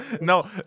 No